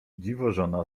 dziwożona